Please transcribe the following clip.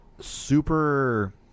Super